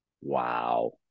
Wow